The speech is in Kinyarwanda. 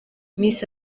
miss